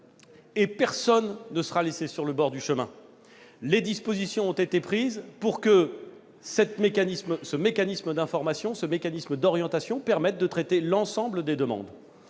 Personne ne sera laissé au bord du chemin : les dispositions nécessaires ont été prises pour que ce mécanisme d'information et d'orientation permette de traiter l'ensemble des demandes.